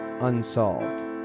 unsolved